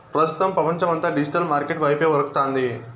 ప్రస్తుతం పపంచమంతా digital market వైపే ఉరకతాంది